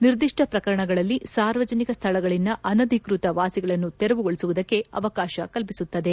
ನಿರ್ದಿಷ್ಟ ಪ್ರಕರಣಗಳಲ್ಲಿ ಸಾರ್ವಜನಿಕ ಸ್ವಳಗಳಿಂದ ಅನಧಿಕೃತ ವಾಸಿಗಳನ್ನು ತೆರವುಗೊಳಿಸುವುದಕ್ಕೆ ಅವಕಾಶ ಕಲ್ಪಿಸುತ್ತದೆ